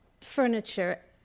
furniture